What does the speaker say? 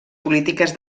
polítiques